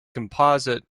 composite